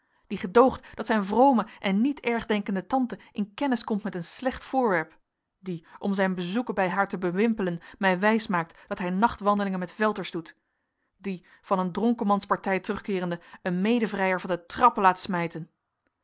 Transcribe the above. die gedoogt dat zijn vrome en niet ergdenkende tante in kennis komt met een slecht voorwerp die om zijn bezoeken bij haar te bewimpelen mij wijs maakt dat hij nachtwandelingen met velters doet die van een dronkenmanspartij terugkeerende een mede vrijer van de trappen laat smijten